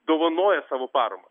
dovanoja savo paramą